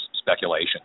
speculation